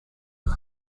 lie